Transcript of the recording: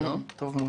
טוב מאוד.